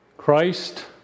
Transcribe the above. Christ